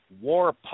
War